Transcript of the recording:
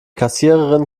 kassiererin